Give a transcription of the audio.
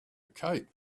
cape